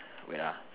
wait ah